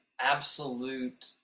absolute